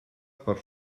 per